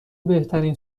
بهترین